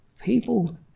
people